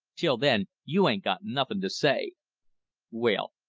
till then you ain't got nothin to say well,